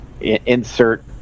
insert